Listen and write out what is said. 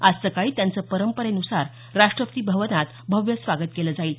आज सकाळी त्यांचं परंपरेनुसार राष्ट्रपती भवनात भव्य स्वागत केलं जाईल